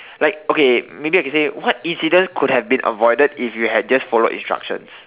like okay maybe I can say what incident could have been avoided if you had just followed instruction